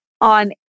On